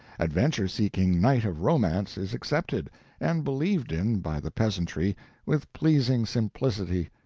adventure-seeking knight of romance is accepted and believed in by the peasantry with pleasing simplicity,